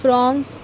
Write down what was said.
France